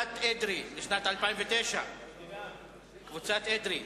לשנת 2009. קבוצת אדרי,